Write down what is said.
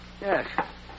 Yes